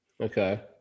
Okay